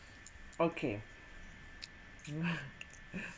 okay